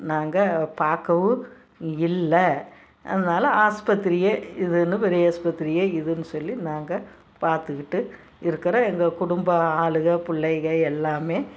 நாங்கள் பார்க்கவும் இல்லை அதனால ஆஸ்பத்திரியே இதுன்னு பெரியாஸ்பத்திரியே இதுன்னு சொல்லி நாங்கள் பார்த்துக்கிட்டு இருக்குறோம் எங்கள் குடும்ப ஆளுகள் புள்ளைகள் எல்லாமே